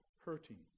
hurting